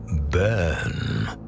burn